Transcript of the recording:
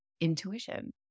intuition